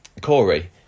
Corey